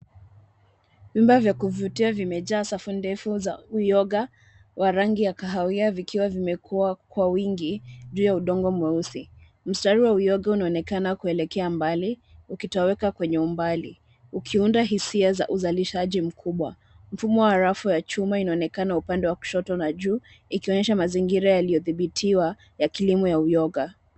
Vyumba vya kuvutia vimejaa safu ndefu za uyoga wa rangi ya kahawia vikiwa vimekuwa kwa wingi, juu ya udongo mweusi. Mstari wa uyoga unaonekana kuelekea mbali, ukitoweka kwenye umbali. Ukiunda hisia za uzalishaji mkubwa. Mfumo wa rafu ya chuma inaonekana upande wa kushoto na juu, ikionyesha mazingira yaliyodhibitiwa, ya kilimo ya uyoga.